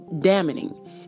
damning